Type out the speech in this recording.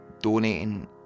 donating